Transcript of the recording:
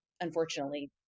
unfortunately